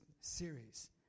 series